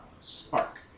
spark